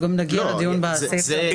נגיע לדיון בסעיף הזה.